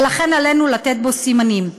ולכן, עלינו לתת בו סימנים.